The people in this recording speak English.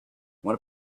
what